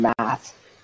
math